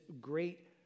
great